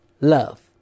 Love